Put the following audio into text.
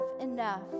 enough